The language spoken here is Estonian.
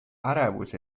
ärevus